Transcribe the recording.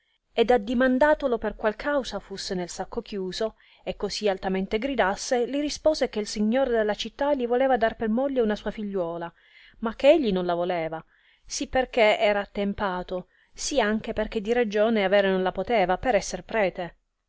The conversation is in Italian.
ed addimandatolo per qual causa fusse nel sacco chiuso e così altamente gridasse li rispose che signor della città li voleva dar per moglie una sua figliuola ma che egli non la voleva sì per che era attempato sì anche per che di ragione avere non la poteva per esser prete